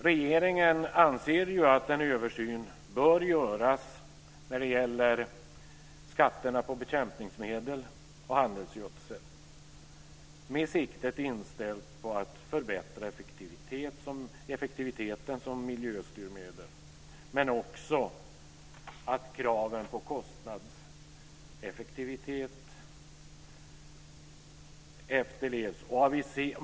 Regeringen anser att en översyn bör göras när det gäller skatterna på bekämpningsmedel och handelsgödsel med siktet inställt på att förbättra effektiviteten som miljöstyrmedel men också att kraven på kostnadseffektivitet efterlevs.